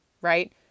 right